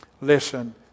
listen